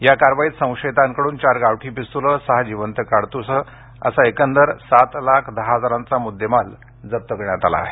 या कारवाईत संशयितांकडून चार गावठी पिस्तूल सहा जिवंत काडतुसं यासह एकंदर सात लाख दहा हजारांचा मुद्देमाल जप्त करण्यात आला आहे